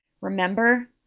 remember